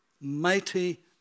Mighty